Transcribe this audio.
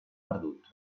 perdut